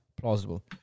plausible